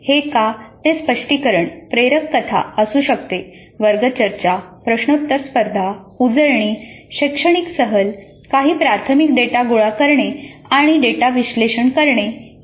हे का ते स्पष्टीकरण प्रेरक कथा असू शकते "वर्ग चर्चा" "प्रश्नोत्तर स्पर्धा" "उजळणी" "शैक्षणिक सहल" "काही प्राथमिक डेटा गोळा करणे आणि डेटा विश्लेषण करणे इ